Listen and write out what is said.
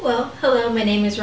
well hello my name is